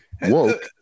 Woke